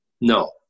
no